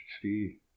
three